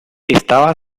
estaba